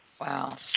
Wow